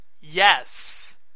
yes